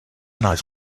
nice